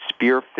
spearfish